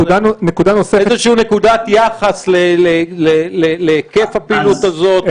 איזושהי נקודת יחס להיקף הפעילות הזאת,